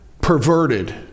Perverted